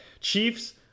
Chiefs